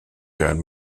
kein